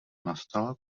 nastala